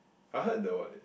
I heard the what